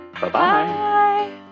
bye-bye